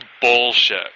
bullshit